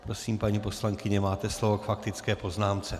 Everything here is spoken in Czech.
Prosím, paní poslankyně, máte slovo k faktické poznámce.